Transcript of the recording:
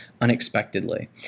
unexpectedly